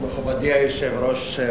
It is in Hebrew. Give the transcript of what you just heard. מכובדי היושב-ראש,